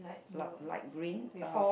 lah light green uh